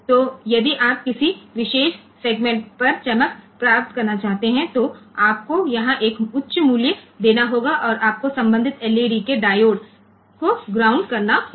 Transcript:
तो यदि आप किसी विशेष सेगमेंट पर चमक प्राप्त करना चाहते हैं तो आपको यहां एक उच्च मूल्य देना होगा और आपको संबंधित एलईडी के डायोड को ग्राउंड करना होगा